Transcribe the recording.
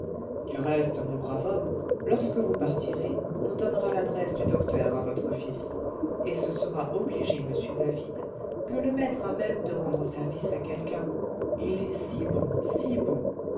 du reste mon brave homme lorsque vous partirez on donnera l'adresse du docteur à votre fils et ce sera obliger m david que le mettre à même de rendre service à quelqu'un il est si bon si bon